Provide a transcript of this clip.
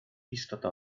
istota